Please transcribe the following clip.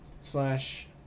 slash